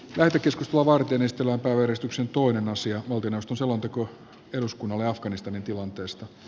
hätäkeskus lovar kilistellään pöyristyksen toinen asia kuten osto selonteko eduskunnalle mika niikon